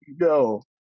Yo